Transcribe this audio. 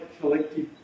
collective